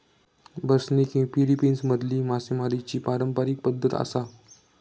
बसनिग ही फिलीपिन्समधली मासेमारीची पारंपारिक पद्धत आसा